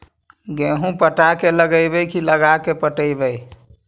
गेहूं पटा के लगइबै की लगा के पटइबै?